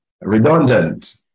redundant